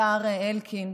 השר אלקין,